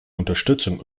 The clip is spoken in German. unterstützung